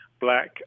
black